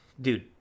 dude